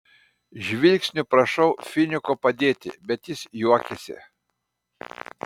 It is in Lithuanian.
žvilgsniu prašau finiko padėti bet jis juokiasi